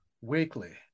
weekly